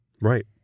Right